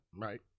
Right